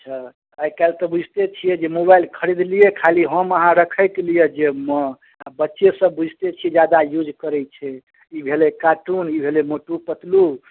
अच्छा आइकाल्हि तऽ बुझिते छियै जे मोबाइल खरीदलियै खाली हम अहाँ रखैके लिए जेबमे आ बच्चे सभ बुझिते छियै जादा यूज करैत छै ई भेलै कार्टून ई भेलै मोटू पतलू